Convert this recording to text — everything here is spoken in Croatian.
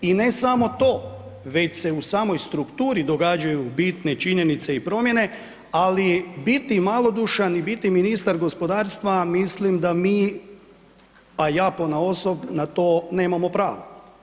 I ne samo to, već se u samoj strukturi događaju bitne činjenice i promjene, ali biti malodušan i biti ministar gospodarstva mislim da mi a ja ponaosob na to nemamo pravo.